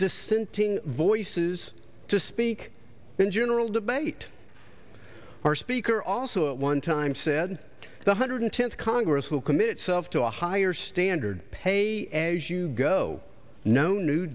dissenting voices to speak in general debate or speaker also at one time said the hundred tenth congress will commit self to a higher standard pay as you go no new